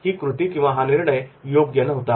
ही कृती किंवा हा निर्णय योग्य नव्हता